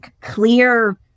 clear